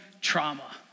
trauma